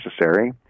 necessary